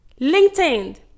LinkedIn